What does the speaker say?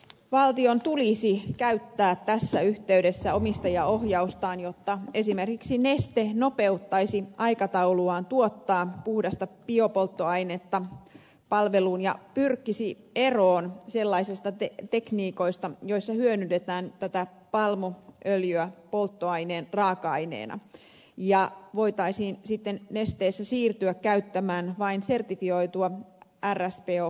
valtion tulisi käyttää tässä yhteydessä omistajaohjaustaan jotta esimerkiksi neste nopeuttaisi aikatauluaan tuottaa puhdasta biopolttoainetta palveluun ja pyrkisi eroon sellaisista tekniikoista joissa hyödynnetään palmuöljyä polttoaineen raaka aineena ja voitaisiin sitten nesteessä siirtyä käyttämään vain sertifioitua rspo palmuöljyä